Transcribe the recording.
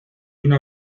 una